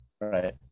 right